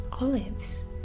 olives